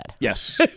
Yes